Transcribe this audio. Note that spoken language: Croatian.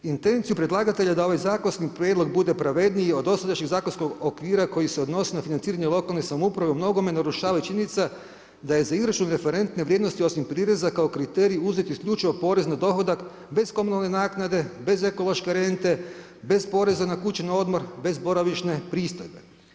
Intenciju predlagatelja da ovaj zakonski prijedlog bude pravedniji i od dosadašnjeg zakonskog okvira koji se odnosi na financiranje lokalne samouprave u mnogome narušava činjenica da je za izračun referentne vrijednosti osim prireza kao kriterij uzet isključivo porez na dohodak bez komunalne naknade, bez ekološke rente, bez poreza na kuću na odmor, bez boravišne pristojbe.